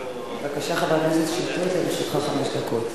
בבקשה, חבר הכנסת שטרית, לרשותך חמש דקות.